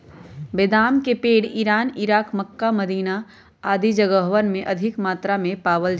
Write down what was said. बेदाम के पेड़ इरान, इराक, मक्का, मदीना आदि जगहवन में अधिक मात्रा में पावल जा हई